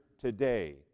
today